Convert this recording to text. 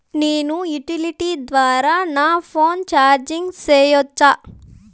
నేను యుటిలిటీ ద్వారా నా ఫోను రీచార్జి సేయొచ్చా?